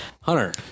Hunter